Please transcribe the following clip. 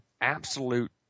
absolute